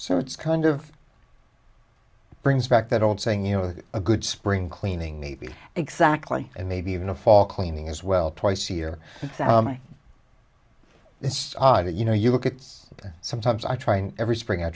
so it's kind of brings back that old saying you know a good spring cleaning maybe exactly and maybe even a fall cleaning as well twice a year it's ali you know you look at that sometimes i try and every spring i